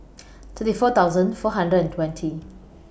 thirty four thousand four hundred and twenty